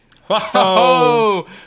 Whoa